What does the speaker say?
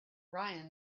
ryan